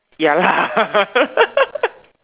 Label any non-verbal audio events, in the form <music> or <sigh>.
ya lah <laughs>